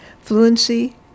fluency